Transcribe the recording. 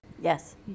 Yes